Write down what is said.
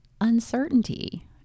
Uncertainty